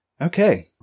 Okay